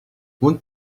want